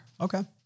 Okay